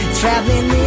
traveling